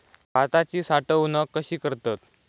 भाताची साठवूनक कशी करतत?